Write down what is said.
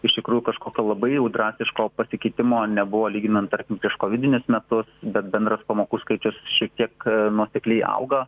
iš tikrųjų kažkokio labai jau drastiško pasikeitimo nebuvo lyginant tarkim prieš kovidinius metus bet bendras pamokų skaičius šiek tiek nuosekliai auga